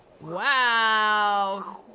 wow